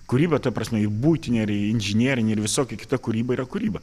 kūryba ta prasme ir buitinė ir inžinerinė ir visokia kita kūryba yra kūryba